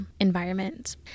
environment